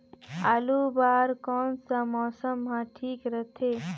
आलू बार कौन सा मौसम ह ठीक रथे?